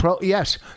Yes